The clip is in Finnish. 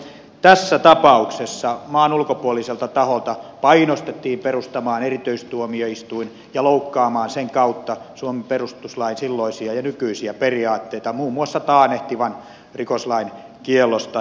tässä tapauksessa maan ulkopuoliselta taholta painostettiin perustamaan erityistuomioistuin ja loukkaamaan sen kautta suomen perustuslain silloisia ja nykyisiä periaatteita muun muassa taannehtivan rikoslain kiellosta